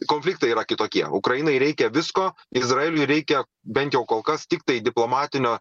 konfliktai yra kitokie ukrainai reikia visko izraeliui reikia bent jau kol kas tiktai diplomatinio